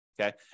Okay